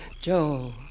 Joel